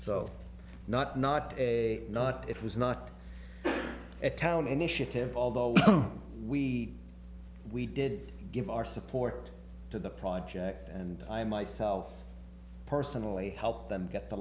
so not not not it was not a town initiative although we we did give our support to the project and i myself personally helped them get the